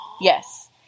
Yes